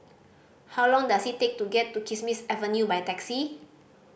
how long does it take to get to Kismis Avenue by taxi